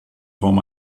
form